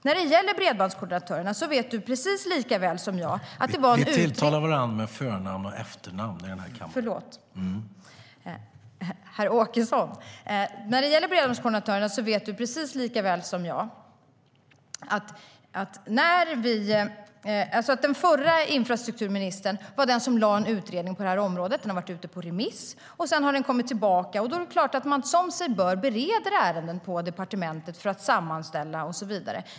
När det gäller bredbandskoordinatorerna vet herr Åkesson precis lika väl som jag att den förra infrastrukturministern var den som tillsatte en utredning på det här området. Den har varit ute på remiss och kommit tillbaka. Då är det klart att man som sig bör bereder ärendet på departementet för att sammanställa det och så vidare.